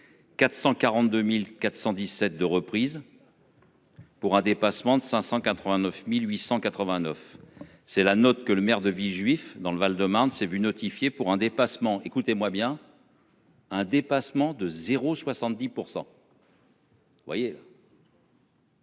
442.417 de reprise.-- Pour un dépassement de 589.889 c'est la note que le maire de Villejuif dans le Val-de-Marne s'est vu notifier pour un dépassement, écoutez-moi bien.-- Un dépassement de 0 70 %. Vous voyez.